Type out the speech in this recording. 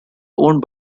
owned